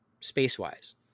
space-wise